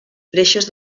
freixes